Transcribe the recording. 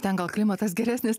ten gal klimatas geresnis